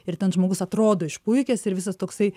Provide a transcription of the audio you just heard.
ir ten žmogus atrodo išpuikęs ir visas toksai